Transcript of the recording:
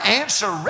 answer